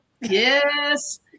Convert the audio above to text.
Yes